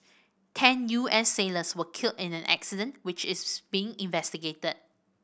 ten U S sailors were killed in the accident which is being investigated